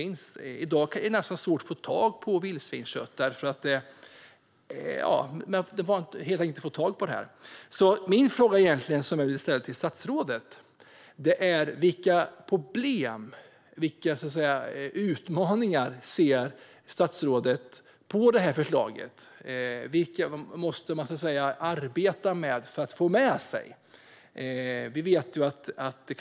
I dag är det nästan svårt att få tag på vildsvinskött. Min fråga till statsrådet är: Vilka problem och utmaningar ser statsrådet att man behöver arbeta med när det gäller detta förslag?